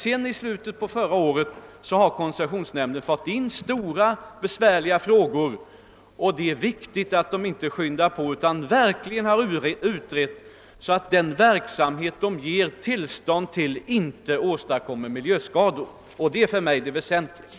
Men i slutet av förra året fick koncessionsnämnden in stora och besvärliga frågor, och det är viktigt att den inte skyndar på utan verkligen utreder, så att den verksamhet den ger tillstånd inte åstadkommer miljöskador. Det är för mig det väsentliga.